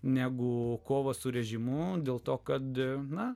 negu kova su režimu dėl to kad diena